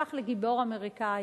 שהפך לגיבור אמריקני,